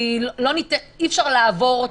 אי-אפשר לעבור אותה.